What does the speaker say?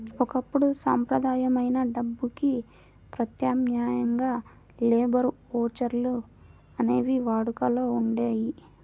ఒకప్పుడు సంప్రదాయమైన డబ్బుకి ప్రత్యామ్నాయంగా లేబర్ ఓచర్లు అనేవి వాడుకలో ఉండేయి